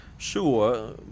Sure